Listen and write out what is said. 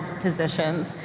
positions